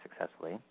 successfully